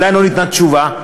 עדיין לא ניתנה תשובה,